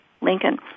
Lincoln